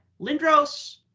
Lindros